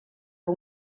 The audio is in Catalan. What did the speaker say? que